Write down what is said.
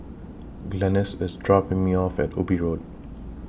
Glennis IS dropping Me off At Ubi Road